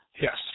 Yes